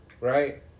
right